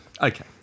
Okay